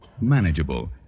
manageable